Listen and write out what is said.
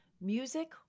Music